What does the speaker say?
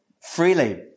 freely